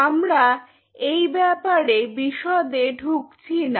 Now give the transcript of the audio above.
আমরা এই ব্যাপারে বিশদে ঢুকছি না